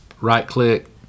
right-click